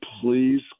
please